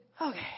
Okay